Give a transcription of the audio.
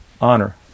Honor